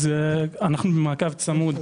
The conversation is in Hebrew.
אנחנו במעקב צמוד,